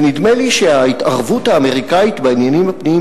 ונדמה לי שההתערבות האמריקנית בעניינים הפנימיים